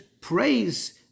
praise